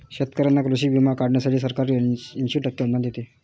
शेतकऱ्यांना कृषी विमा काढण्यासाठी सरकार ऐंशी टक्के अनुदान देते